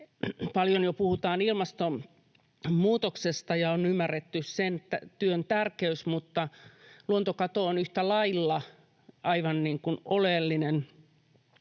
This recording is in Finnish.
Paljon jo puhutaan ilmastonmuutoksesta ja on ymmärretty sen työn tärkeys, mutta luontokato on yhtä lailla aivan oleellinen,